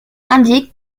indique